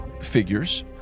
figures